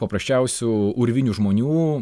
paprasčiausių urvinių žmonių